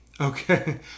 Okay